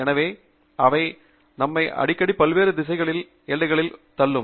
எனவே அவை நம்மை அடிக்கடி பல்வேறு திசைகளின் எல்லைகளில் தள்ளும்